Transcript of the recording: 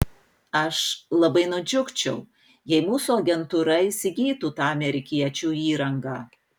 aš labai nudžiugčiau jei mūsų agentūra įsigytų tą amerikiečių įrangą